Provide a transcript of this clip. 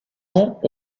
ans